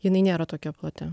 jinai nėra tokia plati